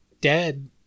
Dead